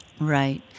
Right